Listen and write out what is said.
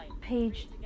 Page